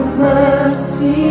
mercy